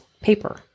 paper